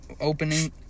opening